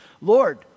Lord